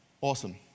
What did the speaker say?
awesome